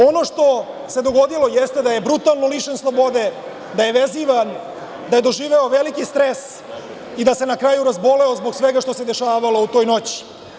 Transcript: Ono što se dogodilo jeste da je brutalno lišen slobode, da je vezivan, da je doživeo veliki stres i da se na kraju razboleo zbog svega što se dešavalo u toj noći.